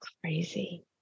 crazy